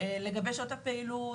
לגבי שעות הפעילות,